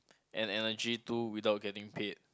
and energy to without getting paid